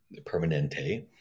Permanente